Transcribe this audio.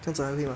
现在还会 mah